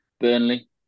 Burnley